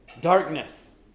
darkness